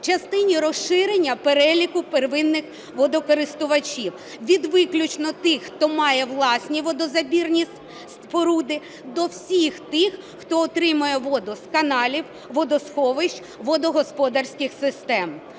в частині розширення переліку первинних водокористувачів: від виключно тих, хто має власні водозабірні споруди, до всіх тих, хто отримує воду з каналів, водосховищ, водогосподарських систем.